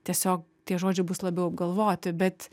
tiesiog tie žodžiai bus labiau apgalvoti bet